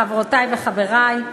חברותי וחברי,